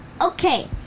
Okay